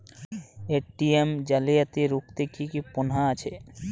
ATM জালিয়াতি রুখতে কি কি পন্থা আছে?